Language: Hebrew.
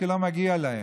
כי לא מגיע להם.